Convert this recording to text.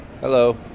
Hello